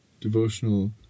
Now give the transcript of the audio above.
devotional